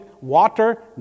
Water